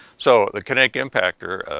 so the kinetic impactor,